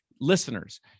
listeners